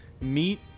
meet